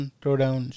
throwdown